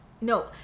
no